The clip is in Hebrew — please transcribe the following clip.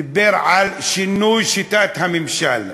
דיבר על שינוי שיטת הממשל.